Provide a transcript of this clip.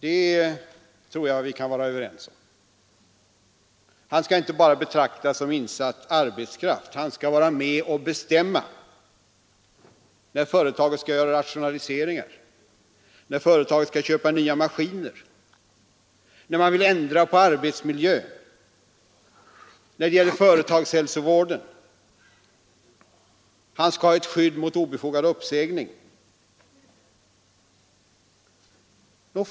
Det tror jag vi kan vara överens om. Han skall inte bara betraktas som insatt arbetskraft. Han skall vara med och bestämma när företaget skall göra rationaliseringar, när företaget skall köpa nya maskiner, när man vill ändra på arbetsmiljön, när det gäller företagshälsovården. Han skall ha ett skydd mot obefogad uppsägning.